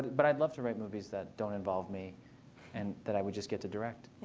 but i'd love to write movies that don't involve me and that i would just get to direct.